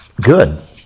Good